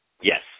Yes